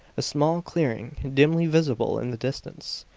a small clearing dimly visible in the distance.